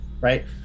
right